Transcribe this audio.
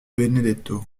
benedetto